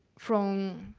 from